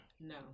No